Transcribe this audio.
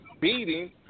beating